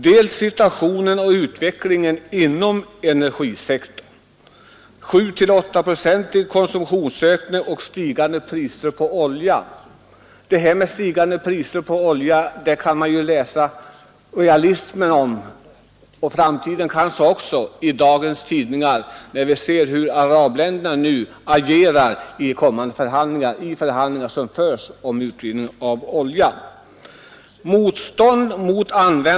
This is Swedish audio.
Det är först situationen och utvecklingen inom energisektorn — 7—8-procentig konsumtionsökning och stigande priser på olja, motstånd mot användande av andra, inhemska energikällor. Realismen i detta med stigande priser på olja kan man läsa om i dagens tidningar. Vi ser hur arabländerna nu agerar i förhandlingar som förs om utvinning av olja.